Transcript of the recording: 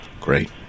Great